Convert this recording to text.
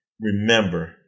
Remember